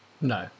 No